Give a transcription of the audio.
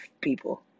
people